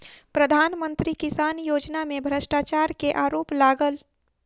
प्रधान मंत्री किसान योजना में भ्रष्टाचार के आरोप लागल